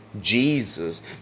Jesus